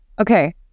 okay